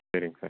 சரிங்க சார்